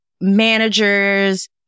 managers